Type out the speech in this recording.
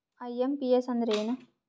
IMPS ಅಂದ್ರ ಏನು?